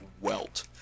welt